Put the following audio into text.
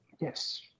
Yes